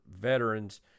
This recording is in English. veterans